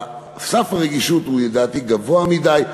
סף הרגישות הוא לדעתי גבוה מדי.